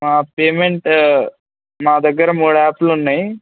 మా పేమెంట్ మా దగ్గర మూడు యాప్లు ఉన్నాయి